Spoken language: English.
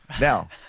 Now